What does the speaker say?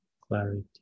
clarity